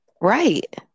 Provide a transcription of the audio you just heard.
Right